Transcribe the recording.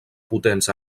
potents